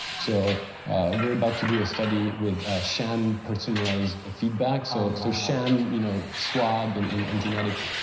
so we're about to do a study with ah sham personalized feedback. so so sham, you know swab and and and genetic.